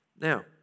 Now